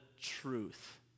truth